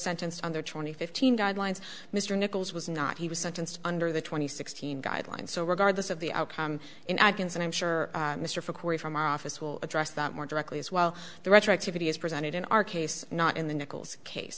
sentenced under twenty fifteen guidelines mr nichols was not he was sentenced under the twenty sixteen guidelines so regardless of the outcome and i can see i'm sure mr for corey from our office will address that more directly as well the retroactivity as presented in our case not in the nichols case